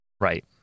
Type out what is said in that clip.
right